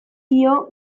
dio